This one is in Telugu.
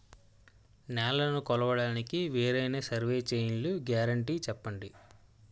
నేలనీ కొలవడానికి వేరైన సర్వే చైన్లు గ్యారంటీ చెప్పండి?